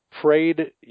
prayed